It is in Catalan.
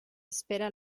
espera